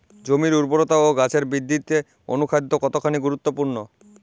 জমির উর্বরতা ও গাছের বৃদ্ধিতে অনুখাদ্য কতখানি গুরুত্বপূর্ণ?